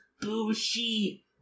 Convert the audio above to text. BUSHI